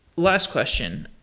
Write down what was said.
last question.